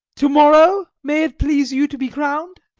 to-morrow may it please you to be crown'd?